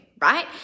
right